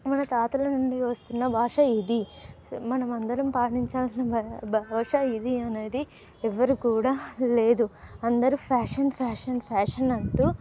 మన తాతల నుండి వస్తున్న భాష ఇది మనమందరం పాటించాల్సిన భాష ఇది అనేది ఎవ్వరు కూడా లేదు అందరూ ఫ్యాషన్ ఫ్యాషన్ ఫ్యాషన్ అంటూ